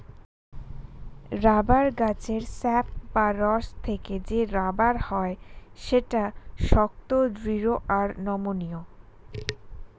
rubber গাছের sap বা রস থেকে যে রাবার হয় সেটা শক্ত, দৃঢ় আর নমনীয়